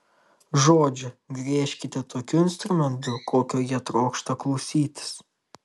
žodžiu griežkite tokiu instrumentu kokio jie trokšta klausytis